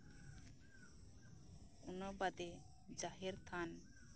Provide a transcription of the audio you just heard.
ᱚᱱᱟ ᱵᱟᱫᱮ ᱡᱟᱦᱮᱨ ᱛᱷᱟᱱ